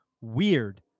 weird